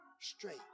straight